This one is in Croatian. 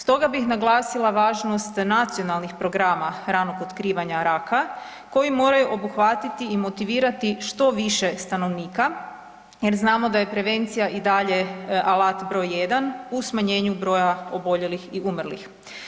Stoga bih naglasila važnost nacionalnih programa ranog otkrivanja raka koji moraju obuhvatiti i motivirati što više stanovnika jer znamo da je prevencija i dalje alat broj jedan u smanjenju broja oboljelih i umrlih.